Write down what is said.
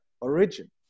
origin